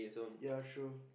ya true